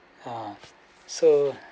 ah so